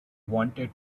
wanted